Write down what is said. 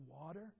water